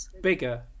bigger